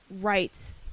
rights